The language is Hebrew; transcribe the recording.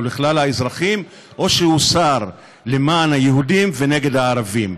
לכלל האזרחים או שהוא שר למען היהודים ונגד הערבים.